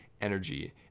energy